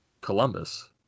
Columbus